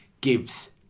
gives